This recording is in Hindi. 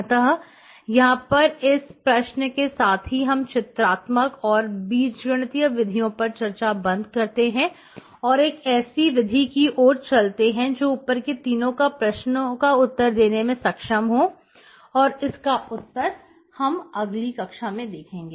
अतः यहां पर इस प्रश्न के साथ ही हम चित्रात्मक और बीज गणितीय विधियों पर चर्चा बंद करते हैं और एक ऐसे विधि की ओर चलते हैं जो ऊपर के तीनों प्रश्नों का उत्तर देने में सक्षम हो और इसका उत्तर हम अगली कक्षा में देखेंगे